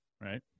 Right